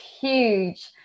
huge